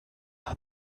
are